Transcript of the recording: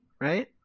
right